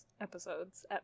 episodes